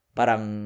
parang